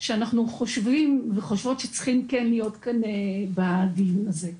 שאנחנו חושבים וחושבות שצריכים כן להיות כאן בדיון הזה.